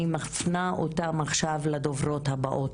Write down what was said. אני מפנה אותם עכשיו לדוברות הבאות,